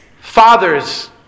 Fathers